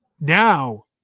now